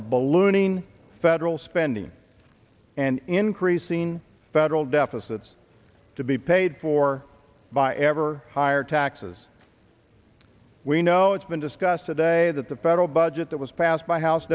of ballooning federal spending and increasing federal deficits to be paid for by ever higher taxes we know it's been discussed today that the federal that was passed by house